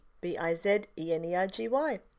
B-I-Z-E-N-E-R-G-Y